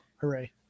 hooray